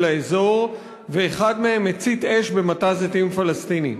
לאזור ואחד מהם הצית אש במטע זיתים פלסטיני.